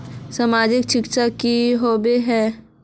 सामाजिक क्षेत्र की होबे है?